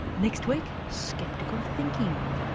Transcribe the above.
next week, sceptical thinking